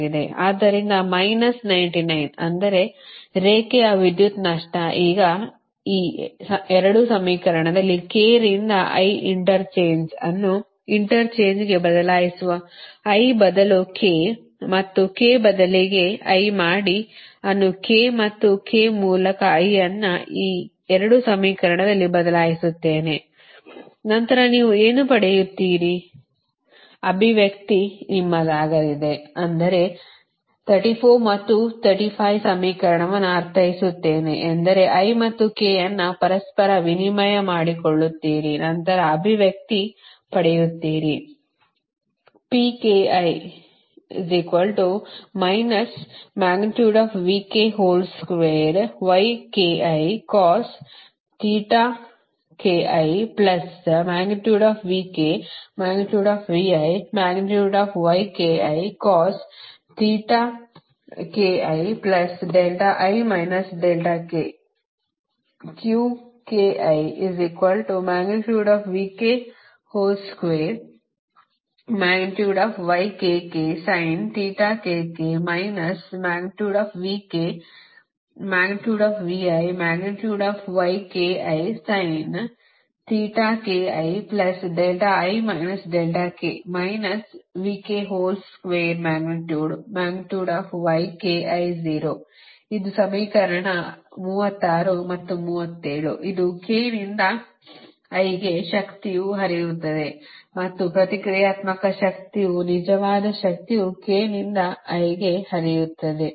ಆದ್ದರಿಂದ ಮೈನಸ್ 99 ಅಂದರೆ ರೇಖೆಯ ವಿದ್ಯುತ್ ನಷ್ಟ ಈಗ ಈ 2 ಸಮೀಕರಣದಲ್ಲಿ k ರಿಂದ i ಇಂಟರ್ಚೇಂಜ್ ಅನ್ನು ಇಂಟರ್ಚೇಂಜ್ಗೆ ಬದಲಾಯಿಸುವ i ಬದಲು k ಮತ್ತು k ಬದಲಿಗೆ ಮಾಡಿ i ಅನ್ನು k ಮತ್ತು k ಮೂಲಕ i ಅನ್ನು ಈ 2 ಸಮೀಕರಣದಲ್ಲಿ ಬದಲಾಯಿಸುತ್ತೇನೆ ನಂತರ ನೀವು ಏನು ಪಡೆಯುತ್ತೀರಿ ಅಭಿವ್ಯಕ್ತಿ ನಿಮ್ಮದಾಗಲಿದೆ ಅಂದರೆ 34 ಮತ್ತು 35 ಸಮೀಕರಣವನ್ನು ಅರ್ಥೈಸುತ್ತೇನೆ ಎಂದರೆ i ಮತ್ತು k ಅನ್ನು ಪರಸ್ಪರ ವಿನಿಮಯ ಮಾಡಿಕೊಳ್ಳುತ್ತೀರಿ ನಂತರ ಅಭಿವ್ಯಕ್ತಿ ಪಡೆಯುತ್ತೀರಿ ಇದು ಸಮೀಕರಣ 36 ಮತ್ತು ಇದು 37 ಇದು k ನಿಂದ i ಗೆ ಶಕ್ತಿಯು ಹರಿಯುತ್ತದೆ ಮತ್ತು ಪ್ರತಿಕ್ರಿಯಾತ್ಮಕ ಶಕ್ತಿಯು ನಿಜವಾದ ಶಕ್ತಿಯು k ನಿಂದ i ಗೆ ಹರಿಯುತ್ತದೆ